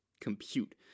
compute